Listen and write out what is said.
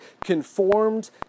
conformed